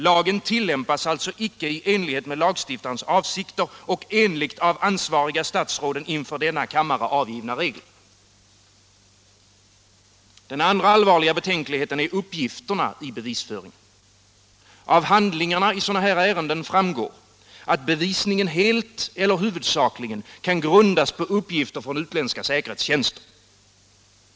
Lagen tillämpas alltså inte i enlighet med lagstiftarens avsikter och enligt av ansvariga statsråd inför denna kammare angivna regler. Den andra allvarliga betänkligheten gäller uppgifterna i bevisföringen. Av handlingarna i sådana här ärenden framgår att bevisningen helt eller huvudsakligen kan grunda sig på uppgifter från utländska säkerhetstjänster.